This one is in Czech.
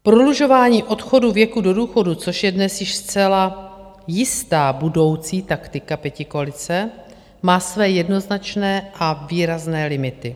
Prodlužování odchodu věku do důchodu, což je dnes již zcela jistá budoucí taktika pětikoalice, má své jednoznačné a výrazné limity.